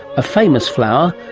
a famous flower,